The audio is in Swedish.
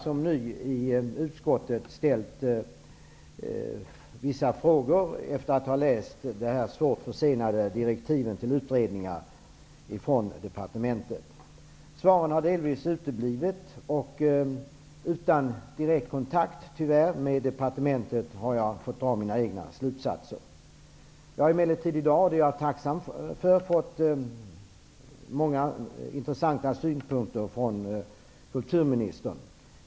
Som ny i utskottet har jag bara ställt vissa frågor efter att ha läst de mycket försenade direktiven till utredningar, som departementet har utfärdat. Svaren på mina frågor har delvis uteblivit. Utan direkt kontakt med departementet -- tyvärr -- har jag fått dra mina egna slutsatser. I dag har jag emellertid -- och det är jag tacksam för -- fått många intressanta synpunkter från kulturministern.